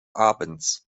abends